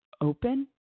open